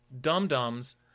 dum-dums